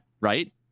right